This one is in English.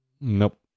Nope